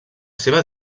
seva